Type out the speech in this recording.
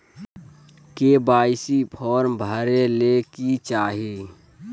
KYC form भरे ले कि चाही?